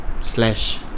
Slash